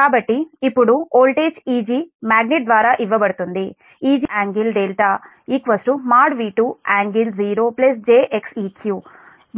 కాబట్టి ఇప్పుడు voltage Eg magnet ద్వారా ఇవ్వబడుతుంది Eg∟δ |V2| ∟0 j Xeq